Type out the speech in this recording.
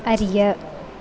அறிய